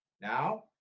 Now